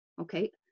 okay